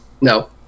No